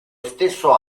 stesso